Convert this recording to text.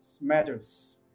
matters